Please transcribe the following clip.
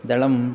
दलम्